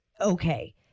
okay